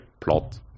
plot